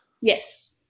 Yes